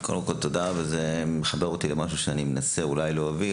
זה מחבר אותי למשהו שאני מנסה להוביל